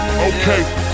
Okay